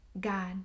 God